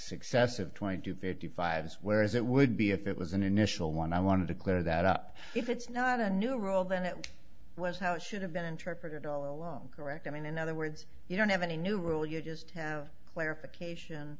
successive twenty to fifty five's whereas it would be if it was an initial one i wanted to clear that up if it's not a new role then it was how it should have been interpreted all along correct i mean in other words you don't have any new rule you just have clarification